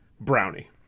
brownie